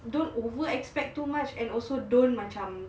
don't over expect too much and also don't macam